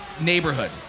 neighborhood